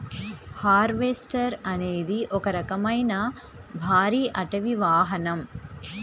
harvester అనేది ఒక రకమైన భారీ అటవీ వాహనం